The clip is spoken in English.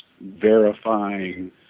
verifying